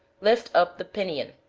lift up the pinion,